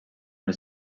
les